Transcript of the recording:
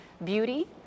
beauty